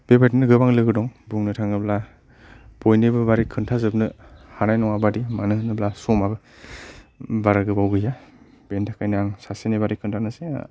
बेबायदिनो गोबां लोगोफोर दं बुंनो थाङोब्ला बयनिबो बागै खोन्थाजोबनो हानाय नङा बादि मानो होनोब्ला समा बारा गोबाव गैया बेनि थाखायनो आं सासेनि बागै खिन्थानोसै